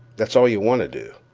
that's all you want to do.